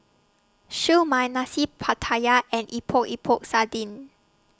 Siew Mai Nasi Pattaya and Epok Epok Sardin